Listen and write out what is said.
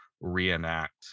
reenact